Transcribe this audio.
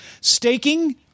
staking